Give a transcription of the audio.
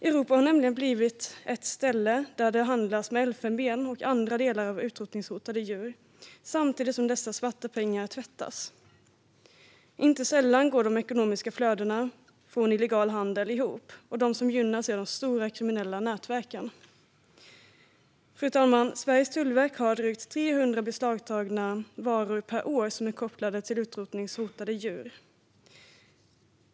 Europa har nämligen drivit ett ställe där det handlas med elfenben och andra delar av utrotningshotade djur samtidigt som dessa svarta pengar tvättas. Inte sällan går de ekonomiska flödena från illegal handel ihop, och de som gynnas är de stora kriminella nätverken. Fru talman! Sveriges tullverk har drygt 300 beslagtagna varor per år som är kopplade till utrotningshotade djur.